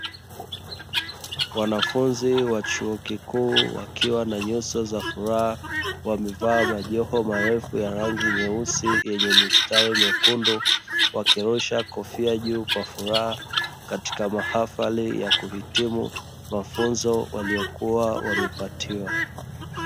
Wanafunzi wa chuo kikuu wakiwa na nyuso za furaha wamevaa majoho marefu ya rangi nyeusi yenye mistari mekundu, wakirusha kofia zao juu kwa furaha katika mahafali ya kuhitimu mafunzo waliyokuwa wamepatiwa.